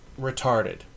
retarded